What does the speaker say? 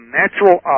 natural